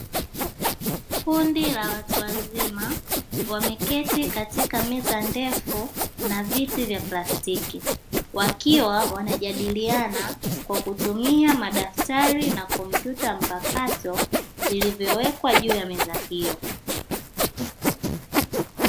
Kundi la watu wazima wameketi katika meza ndefu na viti vya plastiki, wakiwa wanajadiliana kwa kutumia madaftari na kompyuta mpakato, vilivyowekwa juu ya meza hiyo.